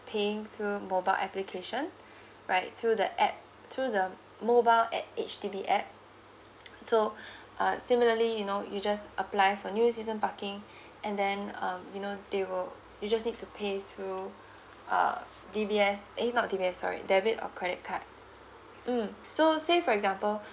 paying through mobile application right through the app through the mobile at H_D_B app so uh similarly you know you just apply for new season parking and then um you know they will you just need to pay through uh D_B_S eh not D_B_S sorry debit or credit card mm so say for example